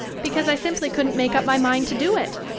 because i simply couldn't make up my mind to do it.